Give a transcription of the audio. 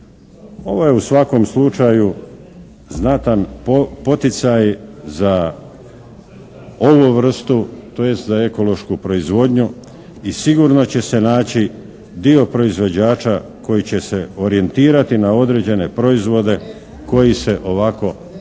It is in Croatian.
Ovo je u svakom slučaju znatan poticaj za ovu vrstu tj. za ekološku proizvodnju i sigurno će se naći dio proizvođača koji će se orijentirati na određene proizvode koji se ovako značajno